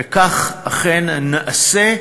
וכך אכן נעשה,